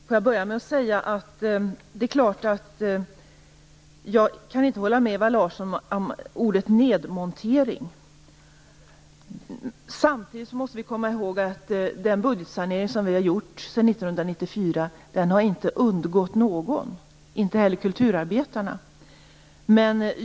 Herr talman! Jag kan inte hålla med Ewa Larsson när det gäller ordet nedmontering. Samtidigt måste vi komma ihåg att den budgetsanering som gjorts sedan 1994 inte har undgått någon, alltså inte heller kulturarbetarna.